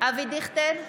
אבי דיכטר,